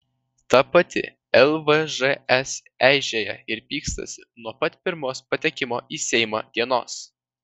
ta pati lvžs eižėja ir pykstasi nuo pat pirmos patekimo į seimą dienos